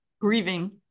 grieving